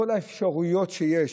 בכל האפשרויות שיש,